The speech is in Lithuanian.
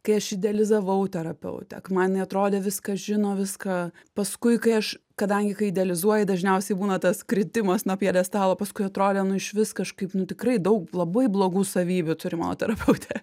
kai aš idealizavau terapeutę kai man ji atrodė viską žino viską paskui kai aš kadangi kai idealizuoji dažniausiai būna tas kritimas nuo pjedestalo paskui atrodė nu išvis kažkaip nu tikrai daug labai blogų savybių turi mano terapeutė